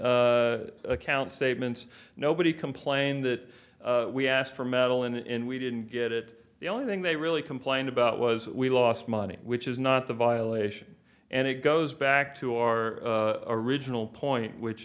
getting account statements nobody complained that we asked for metal in we didn't get it the only thing they really complained about was we lost money which is not the violation and it goes back to our original point which